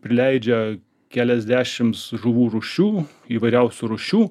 prileidžia keliasdešims žuvų rūšių įvairiausių rūšių